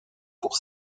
pour